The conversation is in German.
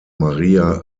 maria